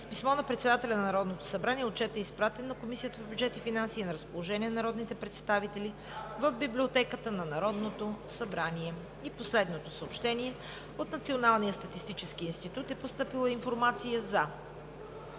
С писмо на председателя на Народното събрание Отчетът е изпратен на Комисията по бюджет и финанси и е на разположение на народните представители в Библиотеката на Народното събрание. От Националния статистически институт е постъпила информация за: